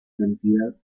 cantidad